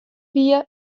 wie